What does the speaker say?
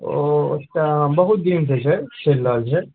ओ तऽ बहुत दिनसँ छै चलि रहल छै